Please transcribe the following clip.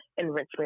enrichment